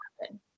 happen